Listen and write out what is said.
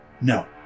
No